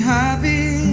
happy